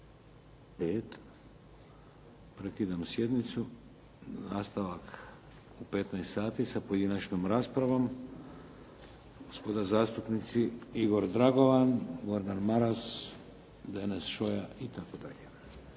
13,35. Prekidam sjednicu. Nastavak u 15 sati sa pojedinačnom raspravom, gospoda zastupnici Igor Dragovan, Gordan Maras, Deneš Šoja itd.